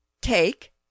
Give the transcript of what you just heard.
Take